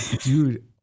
Dude